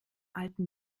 alten